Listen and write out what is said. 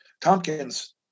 Tompkins